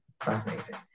Fascinating